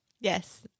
Yes